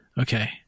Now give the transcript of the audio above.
Okay